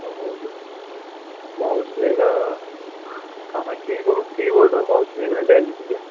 اور ماؤس لینا ہاں کی بورڈ کی بورڈ اور ماؤس لینا ڈیل کے